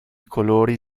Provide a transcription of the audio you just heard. colori